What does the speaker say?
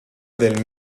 del